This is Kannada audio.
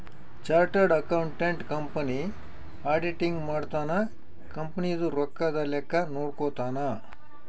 ಚಾರ್ಟರ್ಡ್ ಅಕೌಂಟೆಂಟ್ ಕಂಪನಿ ಆಡಿಟಿಂಗ್ ಮಾಡ್ತನ ಕಂಪನಿ ದು ರೊಕ್ಕದ ಲೆಕ್ಕ ನೋಡ್ಕೊತಾನ